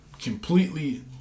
completely